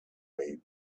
way